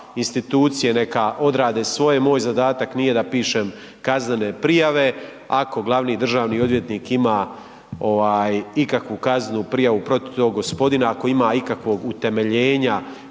institucije neka odrade svoje. Moj zadatak nije da pišem kaznene prijave, ako glavni državni odvjetnik ima ikakvu kaznenu prijavu protiv tog gospodina, ako ima ikakvog utemeljena